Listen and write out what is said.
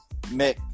Mick